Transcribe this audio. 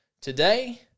today